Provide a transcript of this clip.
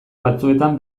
batzuetan